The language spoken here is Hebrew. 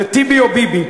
זה טיבי או ביבי,